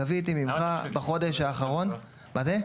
גביתי ממך בחודש האחרון --- למה אתם מתעקשים --- מה זה?